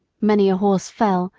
many a horse fell,